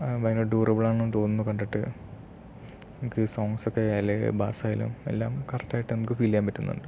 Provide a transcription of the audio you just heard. ഭയങ്കര ഡ്യൂറബിൾ ആണെന്ന് തോന്നുന്ന കണ്ടിട്ട് എനിക്ക് സൗണ്ട്സൊക്കെ അല്ല ബാസ് ആയാലും എല്ലാം കറക്റ്റ് ആയിട്ട് നമുക്ക് ഫീൽ ചെയ്യാൻ പറ്റുന്നുണ്ട്